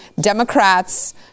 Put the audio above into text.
Democrats